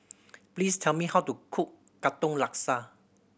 please tell me how to cook Katong Laksa